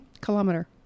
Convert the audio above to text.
Kilometer